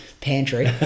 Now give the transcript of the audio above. pantry